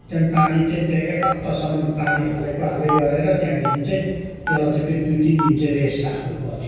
त्यहाँदेखि पानी त्यहाँदेखि त्यहाँ एक हप्तासम्म पानी हालेको हालेको गरेर त्यहाँदेखि चाहिँ त्यसलाई चाहिँ फेरि दुई तिन दिन रेस्ट राख्नुपऱ्यो